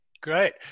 Great